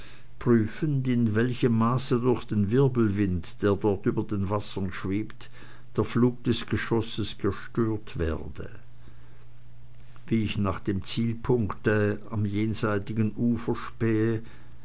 prüfend in welchem maße durch den wirbelwind der dort über den wassern schwebt der flug des geschosses gestört wurde wie ich nach einem zielpunkte am jenseitigen ufer